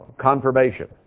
confirmation